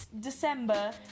December